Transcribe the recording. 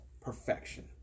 perfection